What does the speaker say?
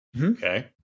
okay